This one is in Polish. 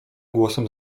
głosem